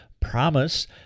promise